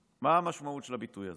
מה המשמעות של הביטוי הזה?